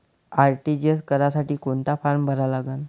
RTGS करासाठी कोंता form भरा लागन?